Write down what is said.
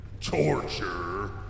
Torture